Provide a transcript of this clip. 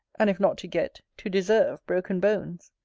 and if not to get, to deserve, broken bones.